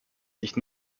sich